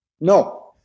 No